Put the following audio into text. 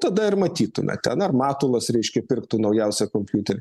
tada ir matytume ten ar matulas reiškia pirktų naujausią kompiuterį